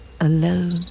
Alone